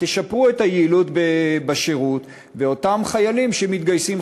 תשפרו את היעילות בשירות של אותם חיילים שמתגייסים,